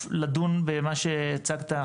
ולדון במה שהצגת,